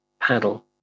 paddle